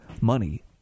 money